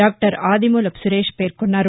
doctor Adimulapu Suresh పేర్కొన్నారు